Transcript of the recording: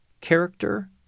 character